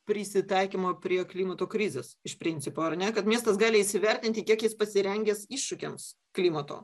prisitaikymą prie klimato krizės iš principo ar ne kad miestas gali įsivertinti kiek jis pasirengęs iššūkiams klimato